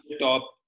top